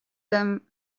them